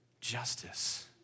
justice